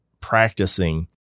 practicing